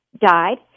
died